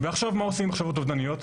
ועכשיו מה עושים עם מחשבות אובדניות?